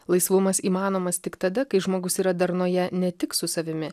laisvumas įmanomas tik tada kai žmogus yra darnoje ne tik su savimi